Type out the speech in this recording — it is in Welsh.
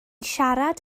siarad